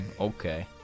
okay